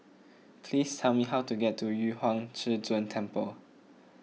please tell me how to get to Yu Huang Zhi Zun Temple